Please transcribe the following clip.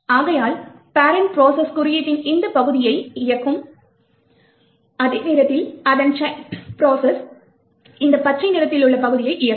ஆகையால் parent process குறியீட்டின் இந்த பகுதியை இயக்கும் அதே நேரத்தில் அதன் சைல்ட் ப்ரோசஸ் இந்த பச்சை நிறத்தில் உள்ள பகுதியை இயக்கும்